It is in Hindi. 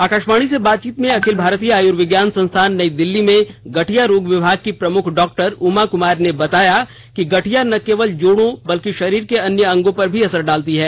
आकाशवाणी से बातचीत में अखिल भारतीय आयुर्विज्ञान संस्थान नई दिल्ली में गठिया रोग विभाग की प्रमुख डॉक्टर उमा कुमार ने बताया कि गठिया न केवल जोड़ों बल्कि शरीर के अन्य अंगों पर भी असर डालती है